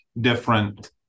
different